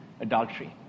adultery